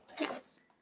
Yes